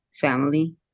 family